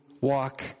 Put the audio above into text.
walk